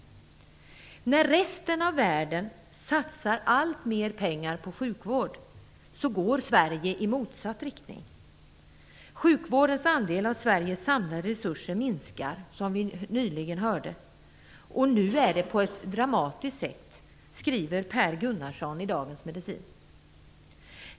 När resten av världen satsar alltmer pengar på sjukvård går Sverige i motsatt riktning. Sjukvårdens andel av Sveriges samlade resurser minskar, som vi nyligen hörde. Nu sker det på ett dramatiskt sätt, skriver Pär Gunnarsson i Dagens Medicin.